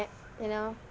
you know